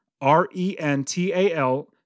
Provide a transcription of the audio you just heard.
R-E-N-T-A-L